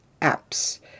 apps